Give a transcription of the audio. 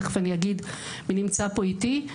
תכף אני אגיד מי נמצא פה איתי.